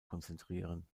konzentrieren